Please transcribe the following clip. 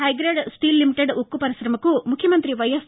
హైగేద్ steel limited ఉక్కు పరిశమకు ముఖ్యమంతి వైఎస్